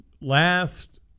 last